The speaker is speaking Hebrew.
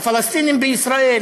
הפלסטינים בישראל,